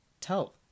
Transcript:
tell